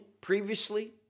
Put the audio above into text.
previously